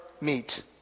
meet